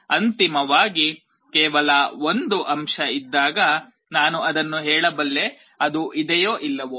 ಅಂತಿಮವಾಗಿ ಕೇವಲ 1 ಅಂಶ ಇದ್ದಾಗ ನಾನು ಅದನ್ನು ಹೇಳಬಲ್ಲೆ ಅದು ಇದೆಯೋ ಇಲ್ಲವೋ